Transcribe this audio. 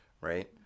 right